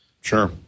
Sure